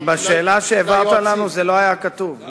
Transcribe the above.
בשאלה שהעברת לנו זה לא היה כתוב.